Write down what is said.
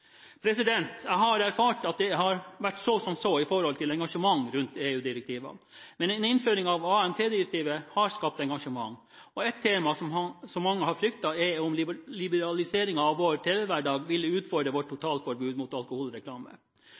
Jeg har erfart at det har vært så som så med engasjementet rundt EU-direktivene, men en innføring av AMT-direktivet har skapt engasjement, og ett tema som mange har fryktet, er om en liberalisering av vår tv-hverdag ville utfordre vårt totalforbud mot alkoholreklame.